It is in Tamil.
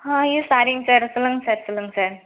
ஐயோ சாரிங்க சார் சொல்லுங்கள் சார் சொல்லுங்கள் சார்